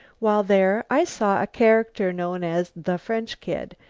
while there i saw a character known as the french kid,